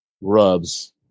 rubs